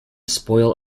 spoil